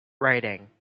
writing